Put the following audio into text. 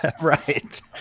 Right